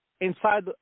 inside